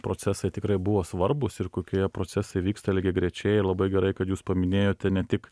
procesai tikrai buvo svarbūs ir kokie procesai vyksta lygiagrečiai ir labai gerai kad jūs paminėjote ne tik